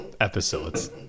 episodes